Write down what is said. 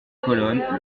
colonne